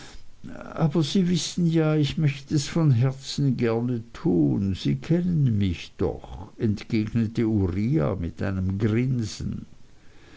aber sie wissen ja ich mecht es von herzen gerne tun sie kennen mich doch entgegnete uriah mit einem grinsen